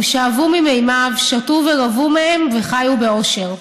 הם שאבו ממימיו, שתו ורוו מהם וחיו באושר.